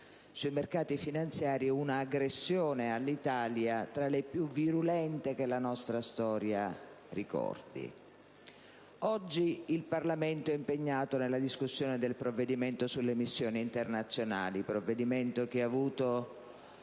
sui mercati finanziari un'aggressione all'Italia tra le più virulente che la nostra storia ricordi. Oggi, il Parlamento è impegnato nella discussione del provvedimento sulle missioni internazionali, su cui si è già svolta